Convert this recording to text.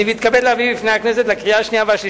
אני מתכבד להביא בפני הכנסת לקריאה השנייה ולקריאה